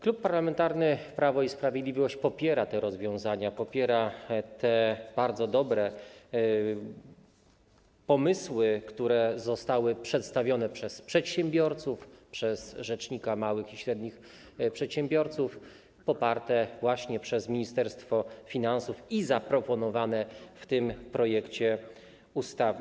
Klub Parlamentarny Prawo i Sprawiedliwość popiera te rozwiązania, popiera te bardzo dobre pomysły, które zostały przedstawione przez przedsiębiorców, przez rzecznika małych i średnich przedsiębiorców i poparte właśnie przez Ministerstwo Finansów oraz zaproponowane w tym projekcie ustawy.